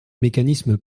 mécanisme